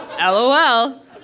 LOL